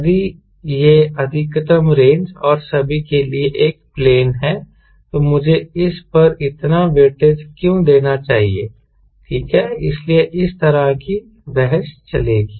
यदि यह अधिकतम रेंज और सभी के लिए एक प्लेन है तो मुझे इस पर इतना वेटेज क्यों देना चाहिए ठीक है इसलिए इस तरह की बहस चलेगी